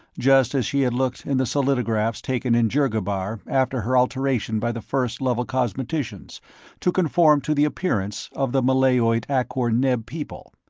just as she had looked in the solidographs taken in dhergabar after her alteration by the first level cosmeticians to conform to the appearance of the malayoid akor-neb people.